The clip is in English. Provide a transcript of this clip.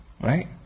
right